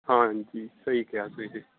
ਹਾਂਜੀ ਸਹੀ ਕਿਹਾ ਤੁਸੀਂ